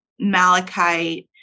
malachite